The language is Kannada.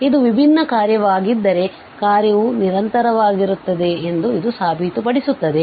ಆದ್ದರಿಂದ ಇದು ವಿಭಿನ್ನ ಕಾರ್ಯವಾಗಿದ್ದರೆ ಕಾರ್ಯವು ನಿರಂತರವಾಗಿರುತ್ತದೆ ಎಂದು ಇದು ಸಾಬೀತುಪಡಿಸುತ್ತದೆ